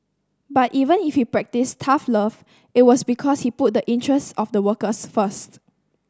but even if he practised tough love it was because he put the interests of the workers first